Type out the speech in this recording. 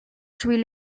suit